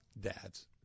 dad's